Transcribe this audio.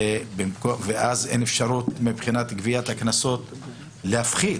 ואז אין אפשרות מבחינת גביית הקנסות להפחית.